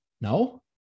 No